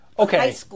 Okay